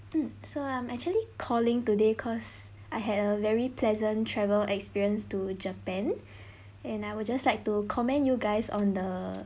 mm so I'm actually calling today because I had a very pleasant travel experience to japan and I would just like to comment you guys on the